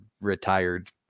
retired